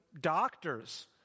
doctors